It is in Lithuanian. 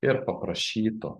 ir paprašytų